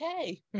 okay